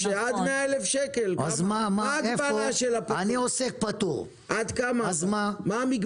עד 100,000 ₪--- אני עוסק פטור, אז מה?